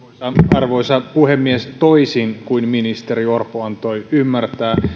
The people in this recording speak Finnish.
arvoisa puhemies toisin kuin ministeri orpo antoi ymmärtää